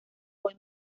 hoy